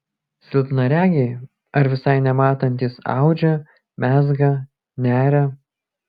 silpnaregiai ar visai nematantys audžia mezga neria